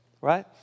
Right